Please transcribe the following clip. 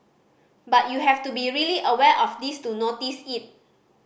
but you have to be really aware of this to notice it